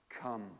come